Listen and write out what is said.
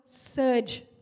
surge